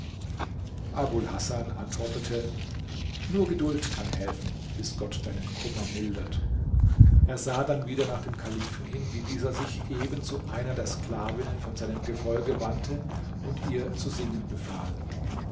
hasan antwortete nur geduld kann helfen bis gott deinen kummer mildert er sah dann wieder nach dem kalifen hin wie dieser sich eben zu einer der sklavinnen von seinem gefolge wandte und ihr zu singen befahl